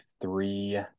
three